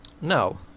No